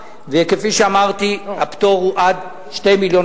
וכפי שאמרתי, הפטור הוא עד 2.2 מיליון.